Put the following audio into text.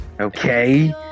Okay